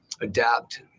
adapt